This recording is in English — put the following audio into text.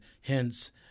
hence